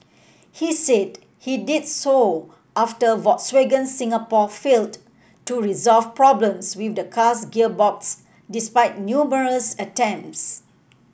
he said he did so after Volkswagen Singapore failed to resolve problems with the car's gearbox despite numerous attempts